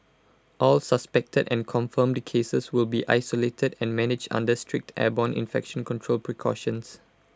all suspected and confirmed cases will be isolated and managed under strict airborne infection control precautions